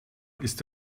ist